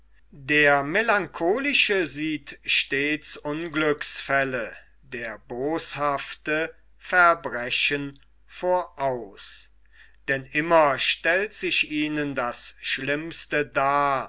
der melancholische sieht stets unglücksfälle der boshafte verbrechen voraus denn immer stellt sich ihnen das schlimmste dar